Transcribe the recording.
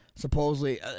Supposedly